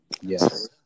Yes